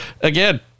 again